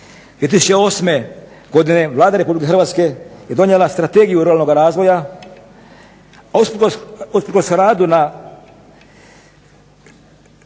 2008. godine Vlada Republike Hrvatske je donijela Strategiju ruralnoga razvoja usprkos radu na